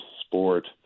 sport